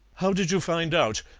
how did you find out?